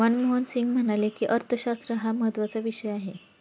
मनमोहन सिंग म्हणाले की, अर्थशास्त्र हा महत्त्वाचा विषय आहे